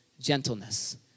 gentleness